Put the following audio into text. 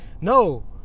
No